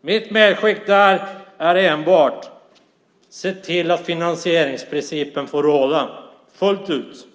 Mitt medskick är enbart att se till att finansieringsprincipen får råda fullt ut